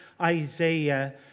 Isaiah